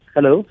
Hello